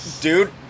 dude